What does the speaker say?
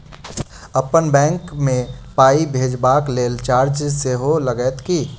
अप्पन बैंक मे पाई भेजबाक लेल चार्ज सेहो लागत की?